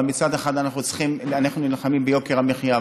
אבל מצד אחד אנחנו נלחמים ביוקר המחיה,